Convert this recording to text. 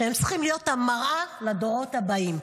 שצריכים להיות המראה לדורות הבאים.